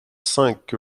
cinq